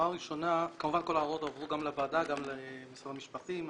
שכמובן הועברו גם לוועדה וגם למשרד המשפטים.